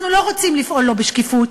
אנחנו לא רוצים לפעול לא בשקיפות.